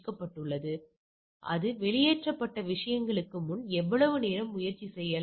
நாம் எனவே இந்த குறிப்பிட்ட பகுதியில் உள்ள சில வினாக்களைப் பார்க்கிறோம்